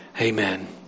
Amen